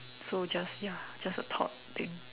so just ya just a thought thing